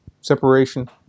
separation